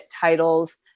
titles